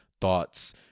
thoughts